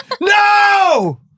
No